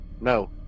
No